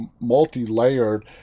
multi-layered